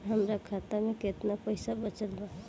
हमरा खाता मे केतना पईसा बचल बा?